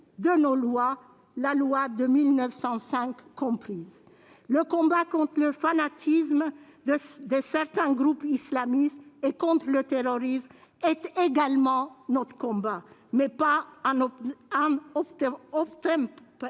de nos lois, loi de 1905 comprise. Le combat contre le fanatisme de certains groupes islamistes et contre le terrorisme est également notre combat, mais pas en obtempérant